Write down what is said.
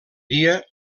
dia